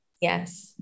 yes